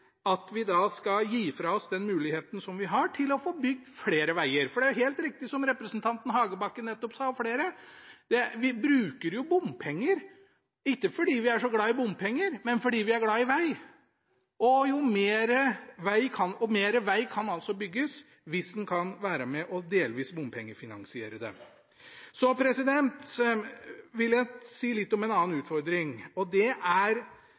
at vi skal gi fra oss den muligheten som vi har til å få bygd flere veger? Det er helt riktig, som representanten Hagebakken – og flere – nettopp sa: Vi bruker jo ikke bompenger fordi vi er så glad i bompenger, men fordi vi er glad i veg. Og mer veg kan altså bygges hvis en kan være med på delvis å bompengefinansiere det. Så vil jeg si litt om en annen utfordring, situasjonen for jernbaneforbindelsene mellom Oslo og Stockholm og Oslo og Gøteborg. Vi må innrømme at det